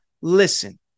listen